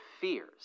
fears